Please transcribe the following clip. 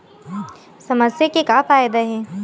समस्या के का फ़ायदा हे?